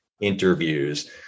interviews